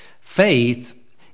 faith